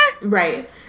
right